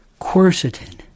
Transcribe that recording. quercetin